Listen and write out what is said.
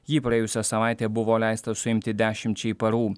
jį praėjusią savaitę buvo leista suimti dešimčiai parų